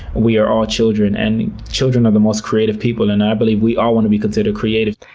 we are all children, and children are the most creative people and i believe we all want to be considered creative.